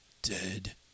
Dead